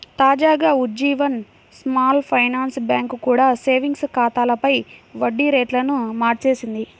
తాజాగా Ujjivan small finance bank కూడా savings ఖాతాలపై వడ్డీ రేట్లను మార్చేసింది